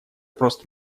просто